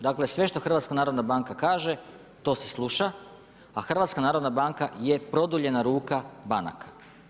Dakle, sve što HNB kaže, to se sluša, a HNB je produljena ruka banaka.